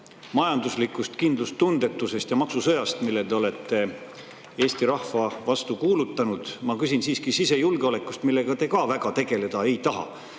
majandusliku kindlustundetuse ja maksusõja kohta, mille te olete Eesti rahva vastu kuulutanud, ma küsin siiski sisejulgeoleku kohta, millega te ka väga tegeleda ei taha.